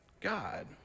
God